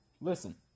Listen